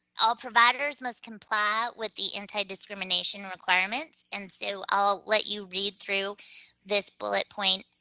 all providers must comply with the anti-discrimination requirements. and so i'll let you read through this bullet point